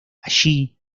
allí